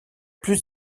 plus